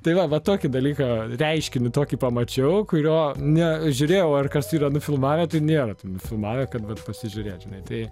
tai va va tokį dalyką reiškinį tokį pamačiau kurio ne žiūrėjau ar kas yra nufilmavę tai nėra to nufimavę kad vat pasižiūrėt žinai tai